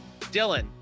Dylan